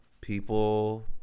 people